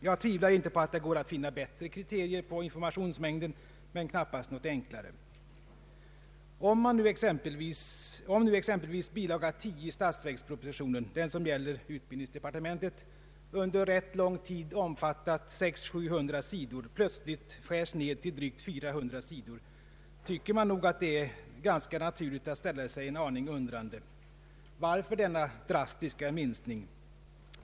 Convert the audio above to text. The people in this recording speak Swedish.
Jag tvivlar inte på att det går att finna bättre kriterier på informationsmängden, men det finns knappast något enklare. Om nu exempelvis bilaga 10 i statsverkspropositionen — den som gäller utbildningsdepartementet — under rätt lång tid omfattar 600—700 sidor och plötsligt skärs ned till drygt 400 sidor, tycker jag nog att det är ganska naturligt att ställa sig en aning undrande. Varför denna drastiska minskning?